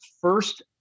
first